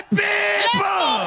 people